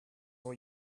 all